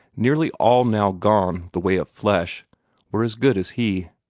nearly all now gone the way of flesh were as good as he.